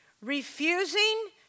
Refusing